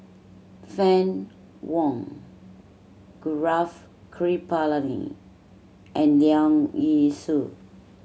Fann Wong Gaurav Kripalani and Leong Yee Soo